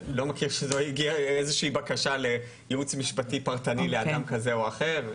לא מכיר שהגיעה איזושהי בקשה לייעוץ משפטי פרטני לאדם כזה או אחר.